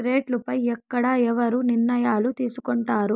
రేట్లు పై ఎక్కడ ఎవరు నిర్ణయాలు తీసుకొంటారు?